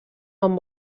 amb